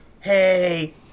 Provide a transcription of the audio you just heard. hey